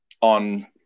on